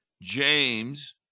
James